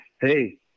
hey